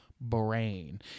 brain